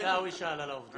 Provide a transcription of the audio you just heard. עיסאווי שאל על העובדים.